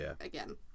again